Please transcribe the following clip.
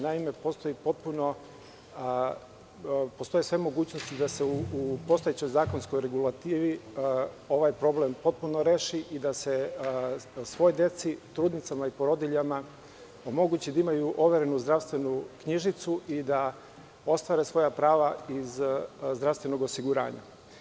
Naime, postoje sve mogućnosti da se u postojećoj zakonskoj regulativi ovaj problem potpuno reši i da se svoj deci, trudnicama i porodiljama omogući da imaju overenu zdravstvenu knjižicu i da ostvare svoja prava iz zdravstvenog osiguranja.